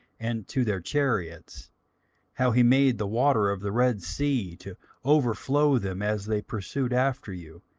and to their chariots how he made the water of the red sea to overflow them as they pursued after you,